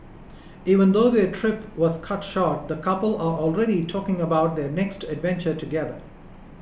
even though their trip was cut short the couple are already talking about their next adventure together